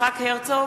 יצחק הרצוג,